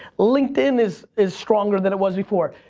linkedin is is stronger than it was before.